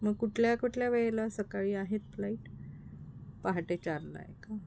मग कुठल्या कुठल्या वेळेला सकाळी आहेत फ्लाईट पहाटे चारला आहे का